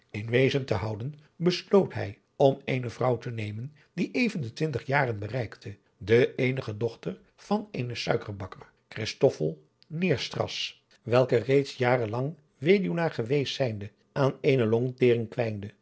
in wezen te houden besloot hij om eene vrouw te nemen die even de twintig jaren bereikte de eenige dochter van eenen suikerbakker christoffel neerstras welke reeds jaren weduwenaar geweest zijnde aan eene longtering kwijnde